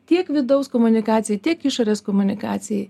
tiek vidaus komunikacijai tiek išorės komunikacijai